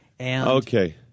Okay